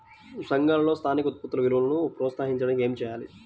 సంఘాలలో స్థానిక ఉత్పత్తుల విలువను ప్రోత్సహించడానికి ఏమి చేయాలి?